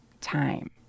time